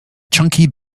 chunky